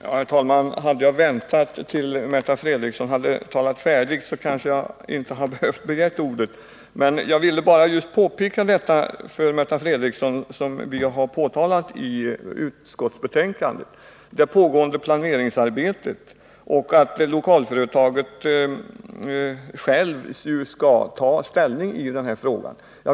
Herr talman! Om jag hade väntat tills Märta Fredrikson talat färdigt, hade jag kanske inte behövt begära ordet. Jag ville bara göra Märta Fredrikson uppmärksam på det som vi har anfört i betänkandet om det pågående planeringsarbetet och om att lokalradioföretaget självt skall ta ställning i den här frågan.